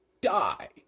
die